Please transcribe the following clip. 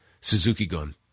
Suzuki-gun